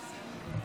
בבקשה.